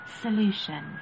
solution